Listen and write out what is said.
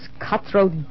cutthroat